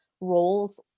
roles